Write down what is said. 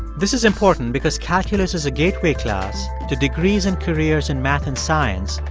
this is important because calculus is a gateway class to degrees in careers in math and science,